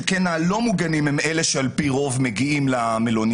שכן הלא מוגנים הם אלה שעל פי רוב מגיעים למלוניות,